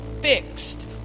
fixed